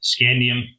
scandium